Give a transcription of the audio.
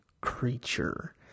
creature